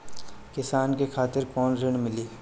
किसान के खातिर कौन ऋण मिली?